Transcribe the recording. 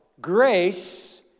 grace